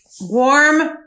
Warm